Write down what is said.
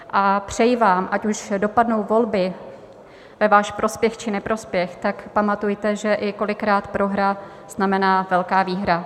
A přeji vám, ať už dopadnou volby ve váš prospěch, či neprospěch, tak pamatujte, že i kolikrát prohra znamená velká výhra.